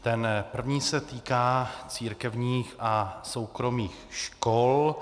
Ten první se týká církevních a soukromých škol.